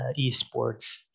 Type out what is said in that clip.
esports